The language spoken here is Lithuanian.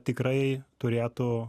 tikrai turėtų